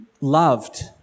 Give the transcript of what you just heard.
loved